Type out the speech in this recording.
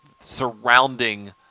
surrounding